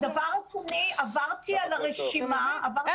הדבר השני, עברתי על הרשימה --- אתה מבין?